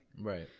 Right